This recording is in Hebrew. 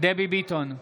דבי ביטון,